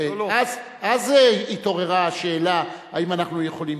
אז התעוררה השאלה האם אנחנו יכולים,